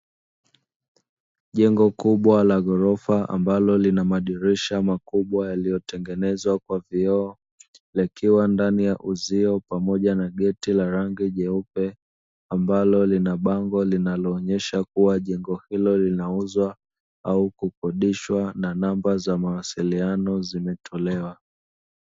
Jengo kubwa la ghorofa ambalo lina madirisha makubwa yaliyotengenezwa kwa vioo, likiwa ndani ya uzio pamoja na geti la rangi jeupe, ambalo lina bango linaloonyesha kuwa jengo hilo linauzwa au kukodishwa, na namba za mawasiliano zimetolewa.